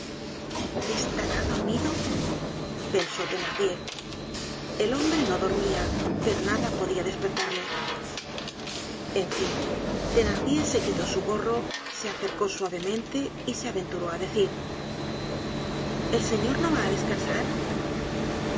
estará dormido pensó thenardier el hombre no dormía pero nada podia despertarle en fin thenardier se quitó su gorro se acercó suavemente y se aventuró á decir el señor no vaá descansar